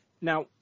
Now